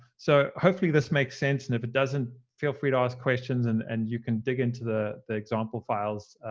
so hopefully this makes sense. and if it doesn't, feel free to ask questions and and you can dig into the the example files,